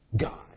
God